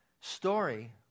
story